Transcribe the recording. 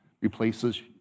replaces